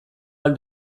ahal